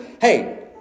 hey